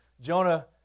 Jonah